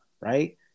right